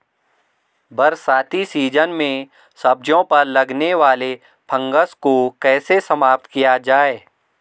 बरसाती सीजन में सब्जियों पर लगने वाले फंगस को कैसे समाप्त किया जाए?